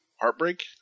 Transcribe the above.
Heartbreak